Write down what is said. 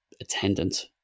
attendant